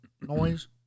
noise